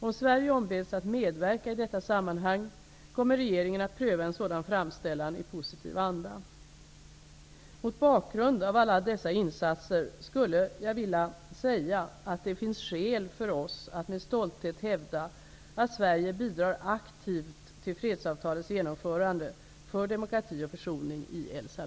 Om Sverige ombeds att medverka i detta sammanhang kommer regeringen att pröva en sådan framställan i positiv anda. Mot bakgrund av alla dessa insatser skulle jag vilja säga att det finns skäl för oss att med stolthet hävda att Sverige bidrar aktivt till fredsavtalets genomförande, för demokrati och försoning, i El